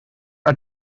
are